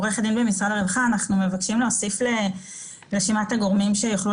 אנחנו מבקשים להוסיף לרשימת הגורמים שיוכלו